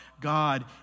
God